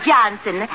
Johnson